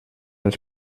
els